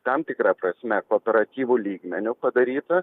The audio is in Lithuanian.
tam tikra prasme kooperatyvų lygmeniu padaryta